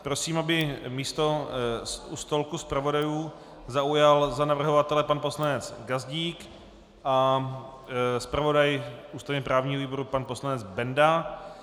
Prosím, aby místo u stolku zpravodajů zaujal za navrhovatele pan poslanec Gazdík a zpravodaj ústavněprávního výboru, pan poslanec Benda.